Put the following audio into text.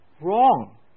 wrong